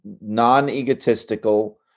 non-egotistical